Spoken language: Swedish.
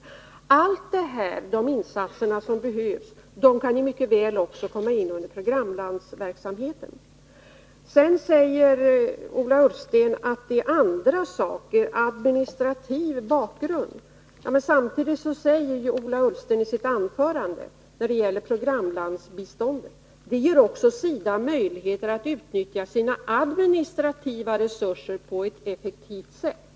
Men alla sådana nödvändiga insatser kan mycket väl komma in under programlandsverksamheten. Ola Ullsten säger att den här inriktningen beror på andra saker, och han talar om administrativ bakgrund. Men samtidigt säger han när det gäller programlandsbiståndet att det också ger SIDA möjligheter att utnyttja sina administrativa resurser på ett effektivt sätt.